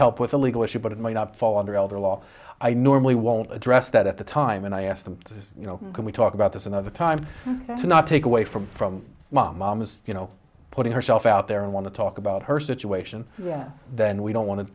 help with the legal issue but it might not fall under elder law i normally won't address that at the time and i asked them you know can we talk about this another time to not take away from from mom mom is you know putting herself out there and want to talk about her situation yes then we don't want to